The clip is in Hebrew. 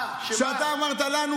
אתה אמרת לנו,